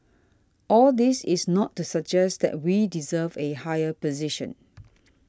all this is not to suggest that we deserve a higher position